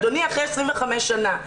אדוני, אחרי 25 שנה.